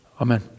Amen